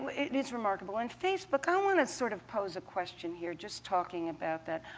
it is remarkable. and facebook, i want to sort of pose a question here, just talking about that.